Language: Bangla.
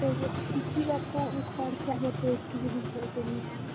তো বলছি কীরকম খরচা হতো একটু যদি বলতেন ম্যাম